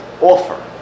offer